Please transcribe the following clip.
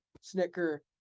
Snicker